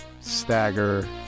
stagger